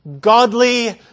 Godly